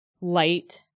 light